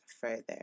further